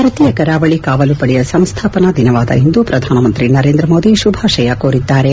ಭಾರತೀಯ ಕರಾವಳಿ ಕಾವಲು ಪಡೆಯ ಸಂಸ್ಥಾಪನಾ ದಿನವಾದ ಇಂದು ಪ್ರಧಾನಮಂತ್ರಿ ನರೇಂದ್ರಮೋದಿ ಶುಭಾಶಯ ಕೋರಿದ್ದಾರೆ